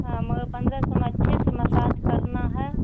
ہاں مگر پندرہ سو میں اچھے سے مساج کرنا ہے